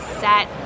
set